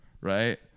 Right